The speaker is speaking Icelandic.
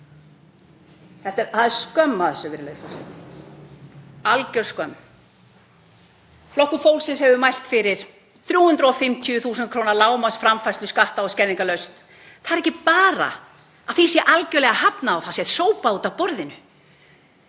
Það er skömm að þessu, virðulegi forseti. Algjör skömm. Flokkur fólksins hefur mælt fyrir 350.000 kr. lágmarksframfærslu skatta- og skerðingalaust. Það er ekki bara að því sé algerlega hafnað og sópað út af borðinu,